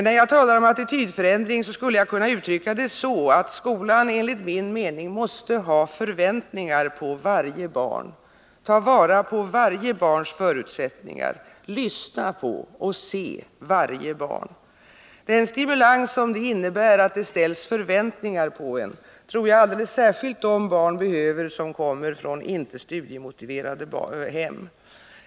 När jag talar om en attitydförändring skulle jag kunna uttrycka mig så, att skolan enligt min mening måste ha förväntningar på varje barn, ta vara på varje barns förutsättningar, lyssna på och se varje barn. Den stimulans som det innebär att det ställs förväntningar på en tror jag att alldeles särskilt de barn som kommer från inte studiemotiverade hem behöver.